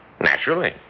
Naturally